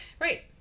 Right